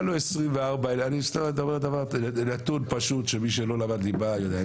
היה לו 24,000. אני אומר נתון פשוט שמי שלא למד ליבה יודע.